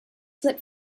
slip